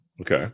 Okay